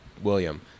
William